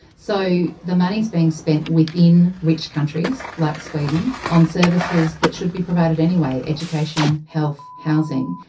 so the money is being spent within rich countries like sweden on services that should be provided anyway education, health, housing.